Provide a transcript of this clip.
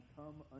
come